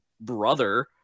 brother